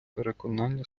переконання